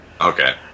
Okay